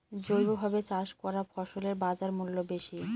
জৈবভাবে চাষ করা ফসলের বাজারমূল্য বেশি